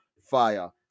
fire